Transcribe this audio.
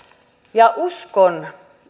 ja uskon